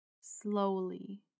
slowly